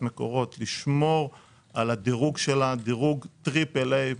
מקורות לשמור על הדירוג שלה דירוג טריפל A,